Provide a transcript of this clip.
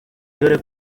dore